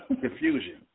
confusion